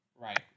Right